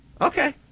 Okay